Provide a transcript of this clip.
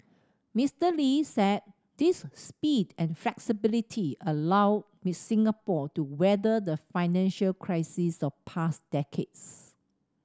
Mister Lee said this speed and flexibility allowed Singapore to weather the financial crises of past decades